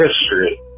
history